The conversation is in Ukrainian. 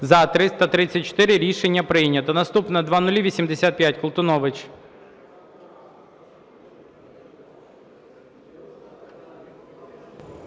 За-334 Рішення прийнято. Наступне – 0085. Колтунович.